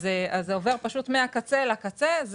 זה עובר פשוט מן הקצה אל הקצה.